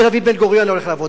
שדוד-בן-גוריון היה הולך לעבוד.